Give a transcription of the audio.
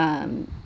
um